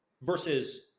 versus